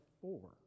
four